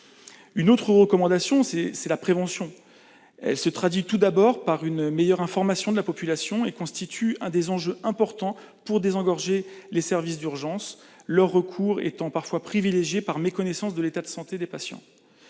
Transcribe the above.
Une autre recommandation est la prévention. Celle-ci se traduit tout d'abord par une meilleure information de la population. Elle constitue l'un des enjeux importants du désengorgement des services d'urgence, auxquels on recourt parfois par méconnaissance de l'état de santé des patients.